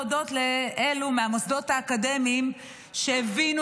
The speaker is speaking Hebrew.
להודות לאלו מהמוסדות האקדמיים שהבינו